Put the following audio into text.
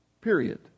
period